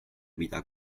mida